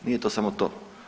Nije to samo to.